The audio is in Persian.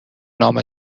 نام